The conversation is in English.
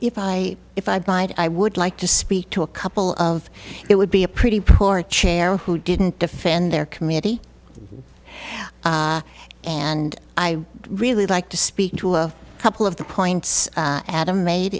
if i if i bide i would like to speak to a couple of it would be a pretty poor chair who didn't defend their committee and i really like to speak to a couple of the points adam made